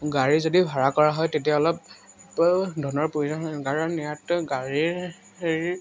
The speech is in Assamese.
গাড়ী যদি ভাড়া কৰা হয় তেতিয়া অলপ ধনৰ প্ৰয়োজন হয় কাৰণ ইয়াত গাড়ীৰ হেৰি